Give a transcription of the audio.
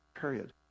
period